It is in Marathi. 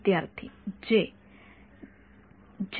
विद्यार्थी जे